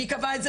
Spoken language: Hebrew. מי קבע את זה?